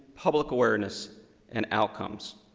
public awareness and outcomes.